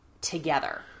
together